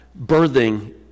birthing